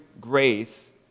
grace